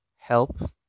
help